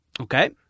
Okay